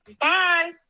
bye